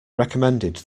recommended